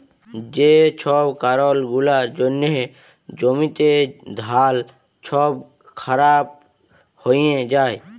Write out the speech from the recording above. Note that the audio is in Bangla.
যে ছব কারল গুলার জ্যনহে জ্যমিতে ধাল ছব খারাপ হঁয়ে যায়